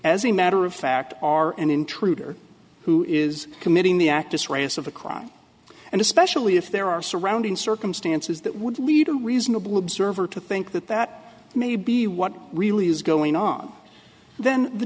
as a matter of fact are an intruder who is committing the act this race of a crime and especially if there are surrounding circumstances that would lead a reasonable observer to think that that may be what really is going on then the